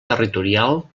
territorial